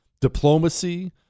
diplomacy